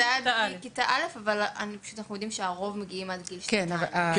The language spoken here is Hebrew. אנחנו פשוט יודעים שהרוב מגיעים עד גיל שנתיים,